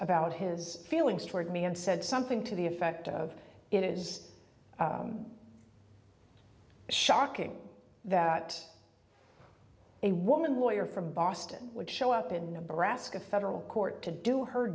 about his feelings toward me and said something to the effect of it is shocking that a woman lawyer from boston would show up in nebraska federal court to do her